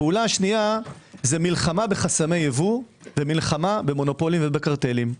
הפעולה השנייה זה מלחמה בחסמי ייבוא ומלחמה במונופולים ובקרטלים.